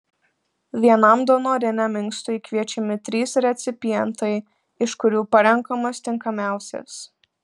vienam donoriniam inkstui kviečiami trys recipientai iš kurių parenkamas tinkamiausias